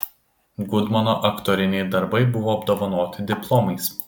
gudmono aktoriniai darbai buvo apdovanoti diplomais